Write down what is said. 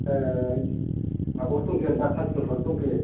ओ माबायावसो दंफैयो आं दा कासिखथ्रायावसो दंफैयो